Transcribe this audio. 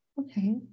okay